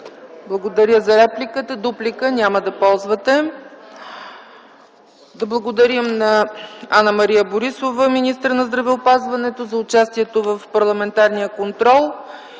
Благодаря за репликата. Дуплика няма да ползвате. Да благодарим на Анна - Мария Борисова – министър на здравеопазването, за участието в парламентарния контрол.